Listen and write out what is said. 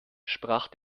sprach